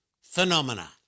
phenomena